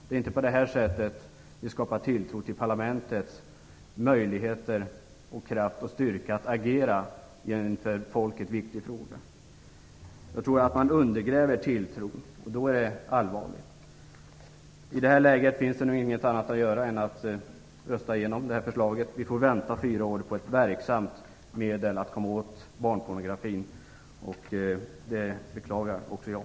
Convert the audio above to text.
Det är inte på detta sätt som vi skapar tilltro till parlamentets möjligheter, kraft och styrka att agera i en för folket viktig fråga. Jag tror att man undergräver tilltron, och då är det allvarligt. I detta läge finns det nu ingenting annat att göra än att rösta igenom detta förslag. Vi får vänta fyra år på ett verksamt medel att komma åt barnpornografin, och det beklagar jag.